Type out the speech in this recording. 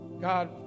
God